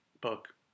book